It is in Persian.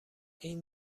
این